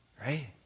Right